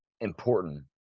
important